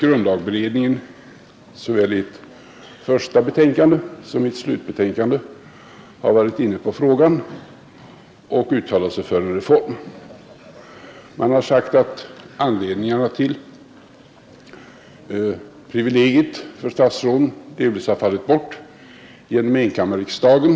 Grundlagberedningen har såväl i sitt första betänkande som i ett slutbetänkande varit inne på frågan och uttalat sig för en reform. Grundlagberedningen har sagt att anledningarna till statsrådens privilegium delvis har fallit bort genom enkammarriksdagen.